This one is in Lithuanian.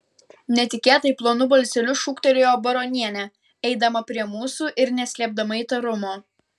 netikėtai plonu balseliu šūktelėjo baronienė eidama prie mūsų ir neslėpdama įtarumo